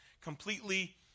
completely